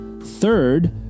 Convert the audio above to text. Third